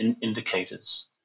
indicators